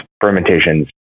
fermentations